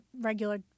regular